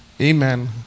amen